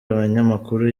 abanyamakuru